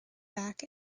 back